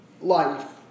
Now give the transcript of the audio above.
life